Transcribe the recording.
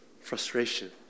frustration